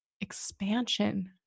expansion